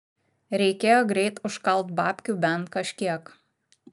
reikėjo greit užkalt babkių bent kažkiek